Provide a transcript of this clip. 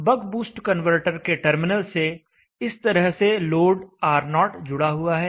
बक boost converter के terminal से इस तरह से लोड R0 जुड़ा हुआ है